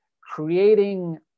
creating